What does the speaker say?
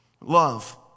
love